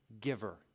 giver